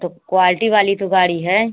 तो क्वालटी वाली तो गाड़ी है